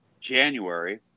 January